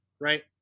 right